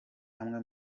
amwe